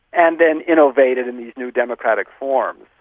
and then innovated in these new democratic forms.